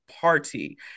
party